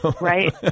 Right